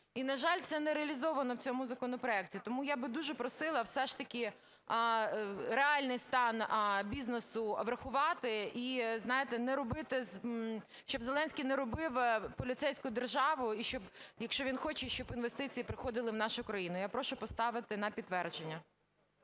і, на жаль, це не реалізовано в цьому законопроекті. Тому я б дуже просила все ж таки реальний стан бізнесу врахувати і, знаєте, не робити, щоб Зеленський не робив поліцейську державу, якщо він хоче, щоб інвестиції приходили в нашу країну. Я прошу поставити на підтвердження.